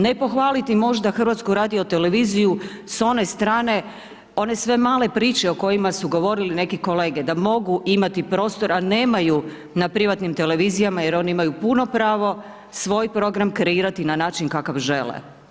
Ne pohvaliti možda HRT s one strane, one sve male priče o kojima su govori neki kolege da mogu imati prostor a nemaju na privatnim televizijama jer oni imaju puno pravo svoj program kreirati na način kakav žele.